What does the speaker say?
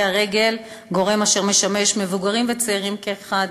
הרגל גורם אשר משמש מבוגרים וצעירים כאחד,